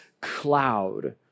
cloud